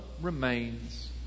remains